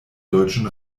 deutschen